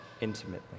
intimately